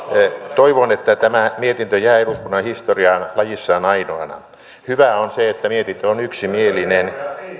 toivon että tämä mietintö jää eduskunnan historiaan lajissaan ainoana hyvää on se että mietintö on yksimielinen